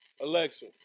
Alexa